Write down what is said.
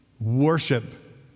worship